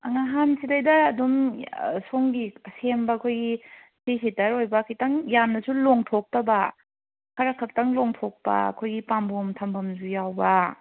ꯉꯍꯥꯟ ꯁꯤꯗꯩꯗ ꯑꯗꯨꯝ ꯁꯣꯝꯒꯤ ꯑꯁꯦꯝꯕ ꯑꯩꯈꯣꯏꯒꯤ ꯊ꯭ꯔꯤ ꯁꯤꯠꯇꯔ ꯑꯣꯏꯕ ꯈꯤꯇꯪ ꯌꯥꯝꯅꯁꯨ ꯂꯣꯡꯊꯣꯛꯇꯕ ꯈꯔꯈꯛꯇꯪ ꯂꯣꯡꯊꯣꯛꯄ ꯑꯩꯈꯣꯏꯒꯤ ꯄꯥꯝꯕꯣꯝ ꯊꯝꯕꯝꯁꯨ ꯌꯥꯎꯕ